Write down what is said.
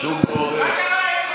מה קרה?